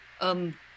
Um-